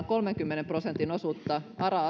kolmenkymmenen prosentin osuutta